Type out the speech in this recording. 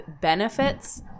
benefits